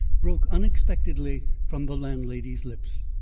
broke unexpectedly from the landlady's lips.